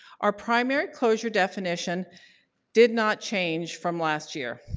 our primary closure definition did not change from last year,